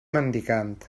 mendicant